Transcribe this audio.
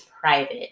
private